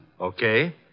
Okay